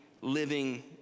living